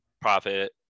profit